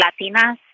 Latinas